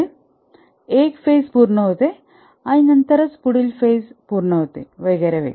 जिथे एक फेज पूर्ण होतो आणि नंतर पुढील फेज पूर्ण होतो वगैरे